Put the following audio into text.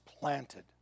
planted